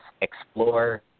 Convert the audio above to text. explore